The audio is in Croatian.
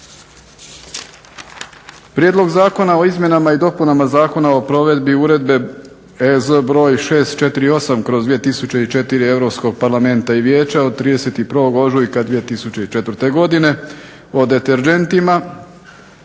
Prijedlog zakona o izmjenama i dopunama Zakona o provedbi Uredbe (EZ) br. 648/2004 Europskoga parlamenta i Vijeća od 31. ožujka 2004. godine o deterdžentima,